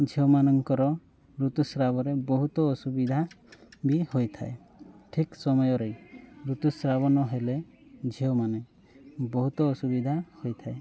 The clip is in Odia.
ଝିଅମାନଙ୍କର ଋତୁସ୍ରାବରେ ବହୁତ ଅସୁବିଧା ବି ହୋଇଥାଏ ଠିକ୍ ସମୟରେ ଋତୁସ୍ରାବ ନହେଲେ ଝିଅମାନେ ବହୁତ ଅସୁବିଧା ହୋଇଥାଏ